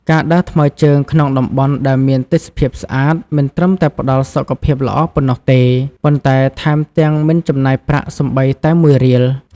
ការដើរថ្មើរជើងក្នុងតំបន់ដែលមានទេសភាពស្អាត មិនត្រឹមតែផ្តល់សុខភាពល្អប៉ុណ្ណោះទេ ប៉ុន្តែថែមទាំងមិនចំណាយប្រាក់សូម្បីតែមួយរៀល។